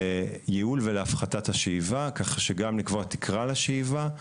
לייעול ולהפחתת השאיבה, כך שגם לקבוע תקרה לשאיבה,